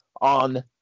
on